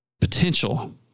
potential